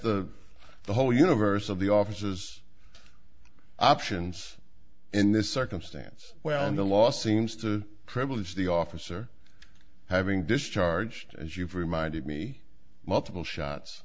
the whole universe of the officers options in this circumstance well in the law seems to privilege the officer having discharged as you've reminded me multiple